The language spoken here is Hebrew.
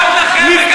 להראות לכם,